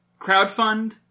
crowdfund